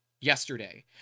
yesterday